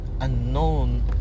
unknown